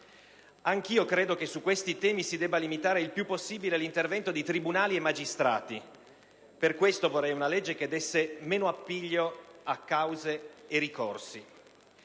Anch'io credo che su questi temi si debba limitare il più possibile l'intervento di tribunali e magistrati; per questo vorrei una legge che desse meno appiglio a cause e ricorsi.